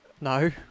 No